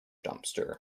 dumpster